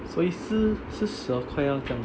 所以是是十二块这样的